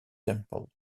temple